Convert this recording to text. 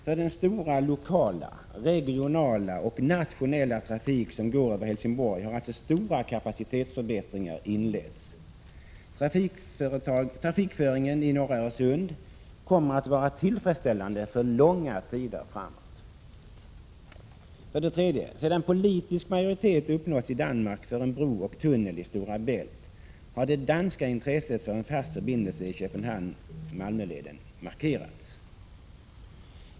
För den stora lokala, regionala och nationella trafik som går över Helsingborg har alltså stora kapacitetsförbättringar inletts. Trafikföringen i norra Öresund kommer att vara tillfredsställande för långa tider framöver. 3. Sedan politisk majoritet uppnåtts i Danmark för en bro och tunnel i Stora Bält, har det danska intresset för en fast förbindelse i Köpenhamn Malmö-leden markerats.